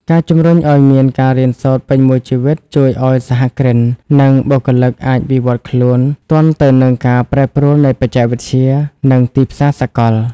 ការជំរុញឱ្យមានការរៀនសូត្រពេញមួយជីវិត ជួយឱ្យសហគ្រិន និងបុគ្គលិកអាចវិវត្តខ្លួនទាន់ទៅនឹងការប្រែប្រួលនៃបច្ចេកវិទ្យា និងទីផ្សារសកល។